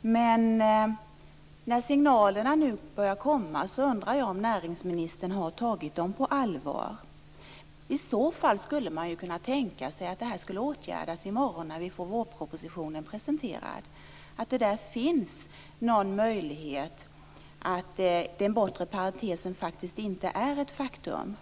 Men när signalerna nu börjar komma undrar jag om näringsministern har tagit dem på allvar. I så fall skulle man kunna tänka sig att det åtgärdas i morgon, när vi får vårpropositionen presenterad, och att det där finns någon möjlighet att den bortre parentesen inte är ett faktum.